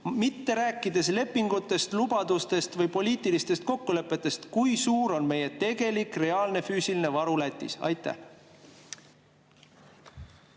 Mitte rääkides lepingutest, lubadustest või poliitilistest kokkulepetest, kui suur on meie tegelik, reaalne, füüsiline varu Lätis? Esiteks,